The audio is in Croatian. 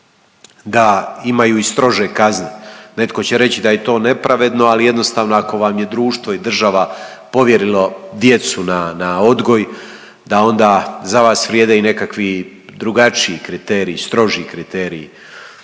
da imaju i strože kazne. Netko će reći da je to nepravedno, ali jednostavno ako vam je društvo i država povjerilo djecu na odgoj, da onda za vas vrijede i nekakvi drugačiji kriteriji, stroži kriteriji